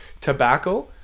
tobacco